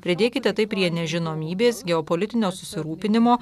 pridėkite tai prie nežinomybės geopolitinio susirūpinimo